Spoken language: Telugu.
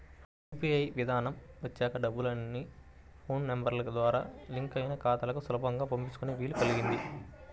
యూ.పీ.ఐ విధానం వచ్చాక డబ్బుల్ని ఫోన్ నెంబర్ ద్వారా లింక్ అయిన ఖాతాలకు సులభంగా పంపించుకునే వీలు కల్గింది